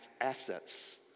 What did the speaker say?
assets